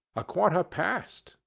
a quarter past,